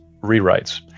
rewrites